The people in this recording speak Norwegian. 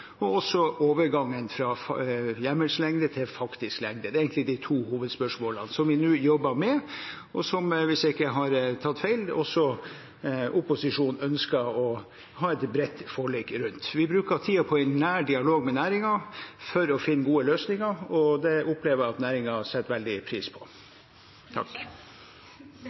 og også overgangen fra hjemmelslengde til faktisk lengde. Det er egentlig de to hovedspørsmålene som vi nå jobber med, og som, hvis jeg ikke har tatt feil, også opposisjonen ønsker å ha et bredt forlik om. Vi bruker tiden på en nær dialog med næringen for å finne gode løsninger, og det opplever jeg at næringen setter veldig pris på.